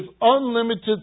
unlimited